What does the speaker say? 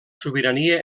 sobirania